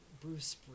Bruce